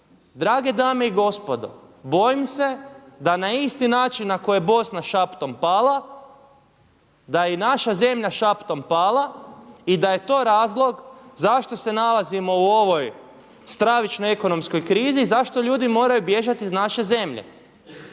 Drage dame i gospodo, bojim se da na isti način na koji je Bosna šaptom pala, da je i naša zemlja šaptom pala i da je to razlog zašto se nalazimo u ovoj stravičnoj ekonomskoj krizi, zašto ljudi moraju bježati iz naše zemlje.